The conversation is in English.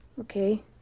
Okay